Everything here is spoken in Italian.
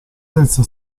terza